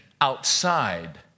outside